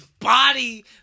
Body